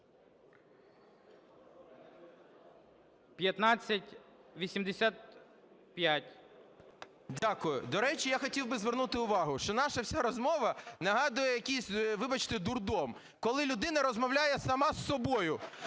О.О. Дякую. До речі, я хотів би звернути увагу, що наша вся розмова нагадує якийсь, вибачте, дурдом, коли людина розмовляє сама з собою.